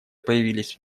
появились